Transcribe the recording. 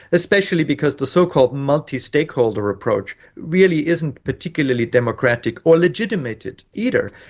especially because the so-called multi-stakeholder approach really isn't particularly democratic or legitimated either.